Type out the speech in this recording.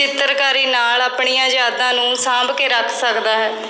ਚਿੱਤਰਕਾਰੀ ਨਾਲ ਆਪਣੀਆਂ ਯਾਦਾਂ ਨੂੰ ਸਾਂਭ ਕੇ ਰੱਖ ਸਕਦਾ ਹੈ